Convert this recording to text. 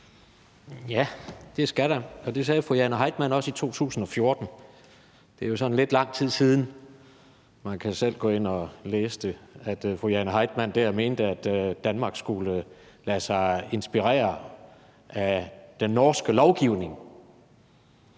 Ja, det skal der, og det sagde fru Jane Heitmann også i 2014. Det er jo sådan lidt lang tid siden. Man kan selv gå ind og læse, at fru Jane Heitmann der mente, at Danmark skulle lade sig inspirere af den norske lovgivning.